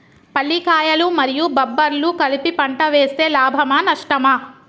పల్లికాయలు మరియు బబ్బర్లు కలిపి పంట వేస్తే లాభమా? నష్టమా?